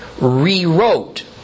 rewrote